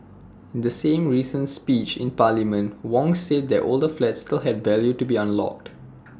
in the same recent speech in parliament Wong said that older flats still had value to be unlocked